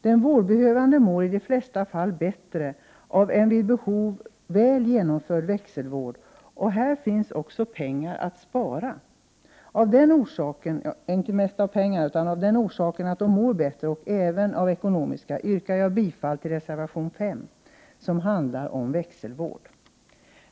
Den vårdbehövande mår i de flesta fall bättre av en vid behov väl genomförd växelvård. Här finns också pengar att spara. Jag yrkar därför bifall till reservation 5, som handlar om växelvård.